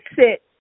sit